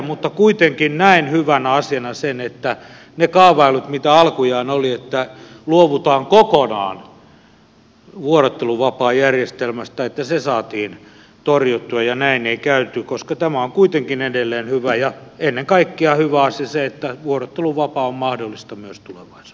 mutta kuitenkin näen hyvänä asiana sen että ne kaavailut mitä alkujaan oli että luovutaan kokonaan vuorotteluvapaajärjestelmästä saatiin torjuttua ja näin ei käynyt koska tämä on kuitenkin edelleen hyvä ja ennen kaikkea hyvä asia on se että vuorotteluvapaa on mahdollista myös tulevaisuudessa